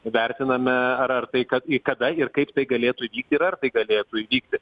vertiname ar ar tai kad į kada ir kaip tai galėtų įvykti ir ar tai galėtų įvykti